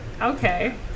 Okay